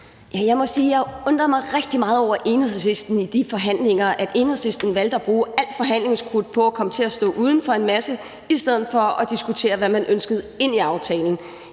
jeg undrede mig rigtig meget over, at Enhedslisten i de forhandlinger valgte at bruge alt forhandlingskrudt på at komme til at stå uden for en masse i stedet for at diskutere, hvad man ønskede ind i aftalen.